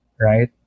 right